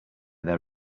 there